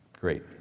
Great